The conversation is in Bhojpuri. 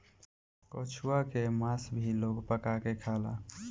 कछुआ के मास भी लोग पका के खाला